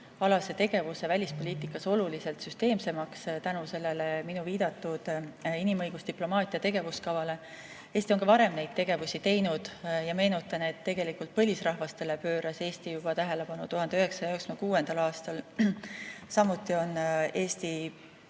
alase tegevuse välispoliitikas oluliselt süsteemsemaks tänu sellele minu viidatud inimõigusdiplomaatia tegevuskavale. Eesti on ka varem neid tegevusi teinud. Ma meenutan, et tegelikult põlisrahvastele pööras Eesti tähelepanu juba 1996. aastal. Samuti on Eesti